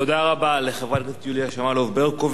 תודה רבה לחברת הכנסת יוליה שמאלוב-ברקוביץ.